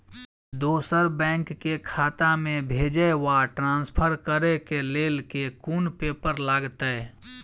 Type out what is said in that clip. दोसर बैंक केँ खाता मे भेजय वा ट्रान्सफर करै केँ लेल केँ कुन पेपर लागतै?